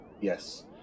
Yes